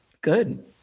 Good